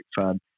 fun